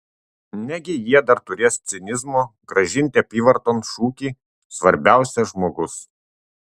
negi jie dar turės cinizmo grąžinti apyvarton šūkį svarbiausia žmogus